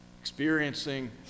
experiencing